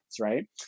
right